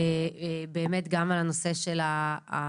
יש גם את נושא ה-overruling,